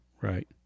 Right